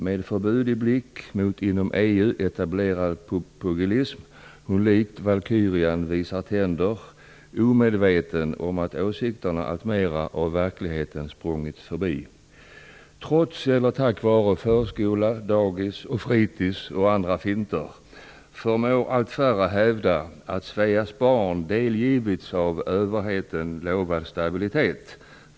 Med förbud i blick mot inom EU etablerad pugilism hon likt valkyrian visar tänder, omedveten om att åsikterna alltmera av verkligheten sprungits förbi. Trots eller tack vare förskola, dagis och fritids och andra finter förmår allt färre hävda att Sveas barn delgivits av överheten lovad stabilitet.